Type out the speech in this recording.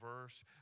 verse